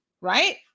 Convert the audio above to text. right